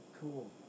Cool